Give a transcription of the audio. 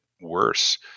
worse